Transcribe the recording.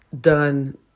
done